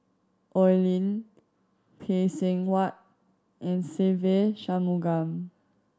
Oi Lin Phay Seng Whatt and Se Ve Shanmugam